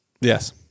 Yes